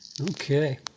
Okay